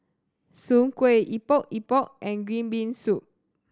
Soon Kueh Epok Epok and green bean soup